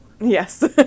yes